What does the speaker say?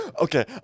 Okay